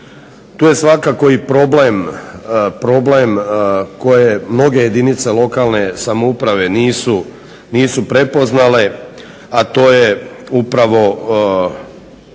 Tu je svakako i problem koje mnoge jedinice lokalne samouprave nisu prepoznale, a to je upravo